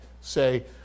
say